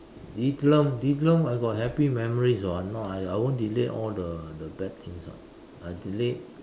Diethelm Diethelm I got happy memories [what] no I I won't delete all the the bad things [what] I delete